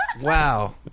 Wow